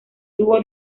dúo